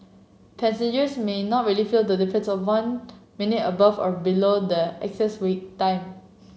passengers may not really feel the difference of one minute above or below the excess wait time